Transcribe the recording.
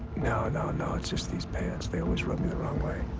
no, no, no. it's just these pants. they always rub me the wrong way.